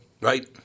Right